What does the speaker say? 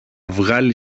βγάλει